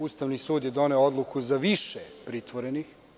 Ustavni sud je doneo odluku za više pritvorenih.